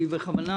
אני בכוונה